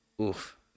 Oof